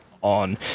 on